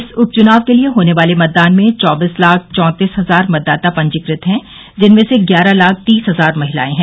इस उप चुनाव के लिये होने वाले मतदान में चौबीस लाख चौंतीस हजार मतदाता पंजीकृत है जिनमें से ग्यारह लाख तीस हजार महिलाए हैं